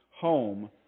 home